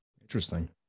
Interesting